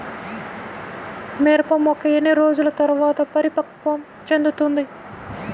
మిరప మొక్క ఎన్ని రోజుల తర్వాత పరిపక్వం చెందుతుంది?